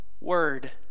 word